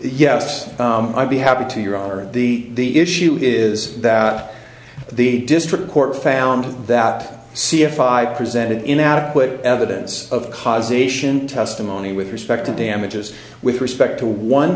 yes i'd be happy to your aren't the issue is that the district court found that c f i presented inadequate evidence of cars ation testimony with respect to damages with respect to one